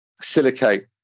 silicate